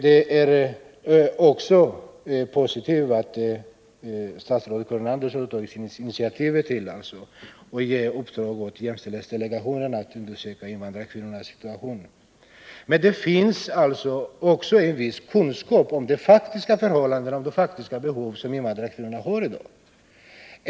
Det är också positivt att statsrådet Karin Andersson tagit initiativet till att uppdra åt jämställdhetsdelegationen att undersöka invandrarkvinnornas situation. Men det finns en viss kunskap om de faktiska förhållanden och de faktiska behov som invandrarkvinnorna har i dag.